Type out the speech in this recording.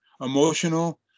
emotional